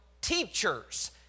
teachers